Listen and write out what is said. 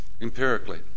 empirically